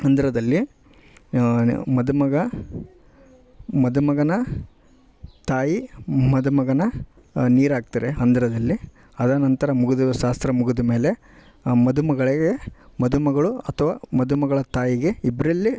ಹಂದರದಲ್ಲಿ ಮದುಮಗ ಮದುಮಗನ ತಾಯಿ ಮದುಮಗನ ನೀರು ಹಾಕ್ತಾರೆ ಹಂದರದಲ್ಲಿ ಅದ ನಂತರ ಮುಗಿದ್ ಶಾಸ್ತ್ರ ಮುಗಿದ್ ಮೇಲೆ ಮದುಮಗಳಿಗೆ ಮದುಮಗಳು ಅಥ್ವ ಮದುಮಗಳ ತಾಯಿಗೆ ಇಬ್ಬರಲ್ಲಿ